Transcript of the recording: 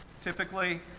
typically